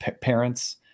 parents